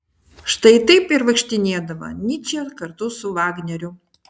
štai taip ir vaikštinėdavo nyčė kartu su vagneriu